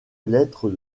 lettre